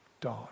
die